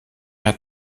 hat